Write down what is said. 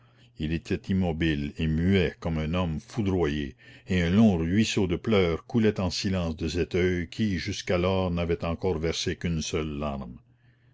il était immobile et muet comme un homme foudroyé et un long ruisseau de pleurs coulait en silence de cet oeil qui jusqu'alors n'avait encore versé qu'une seule larme